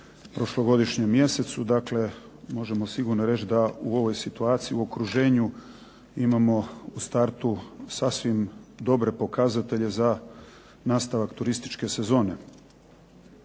prošlogodišnjem mjesecu. Dakle, možemo sigurno reći da u ovoj situaciji u okruženju imamo u startu sasvim dobre pokazatelje za nastavak turističke sezone.